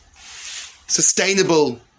Sustainable